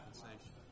compensation